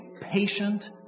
patient